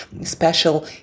special